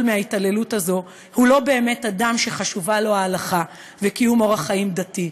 מההתעללות הזאת הוא לא באמת אדם שחשובים לו ההלכה וקיום אורח חיים דתי.